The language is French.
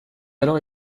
alors